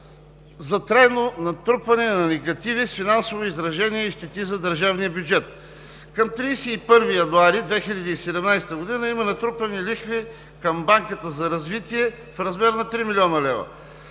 за трайно натрупване на негативи с финансово изражение и щети за държавния бюджет. Към 31 януари 2017 г. има натрупани лихви към Банката за развитие в размер на 3 млн. лв.